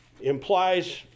implies